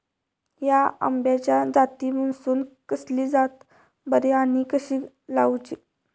हया आम्याच्या जातीनिसून कसली जात बरी आनी कशी लाऊची?